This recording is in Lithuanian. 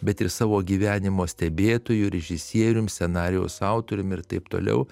bet ir savo gyvenimo stebėtoju režisierium scenarijaus autorium ir taip toliau